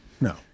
No